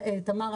תמר,